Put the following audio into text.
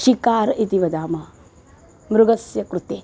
शिकार् इति वदामः मृगस्य कृते